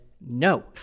no